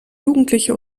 jugendliche